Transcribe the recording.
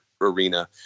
arena